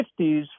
50s